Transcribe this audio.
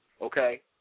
okay